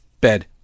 bed